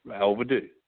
overdue